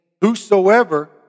Whosoever